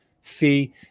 fee